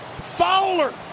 Fowler